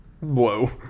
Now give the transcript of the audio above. Whoa